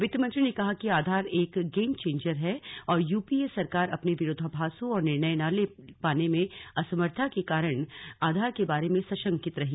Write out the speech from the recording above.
वित्त मंत्री ने कहा कि आधार एक गेम चेंजर है और यूपीए सरकार अपने विरोधाभासों और निर्णय न ले पाने में असमर्थता के कारण आधार के बारे में सशंकित रही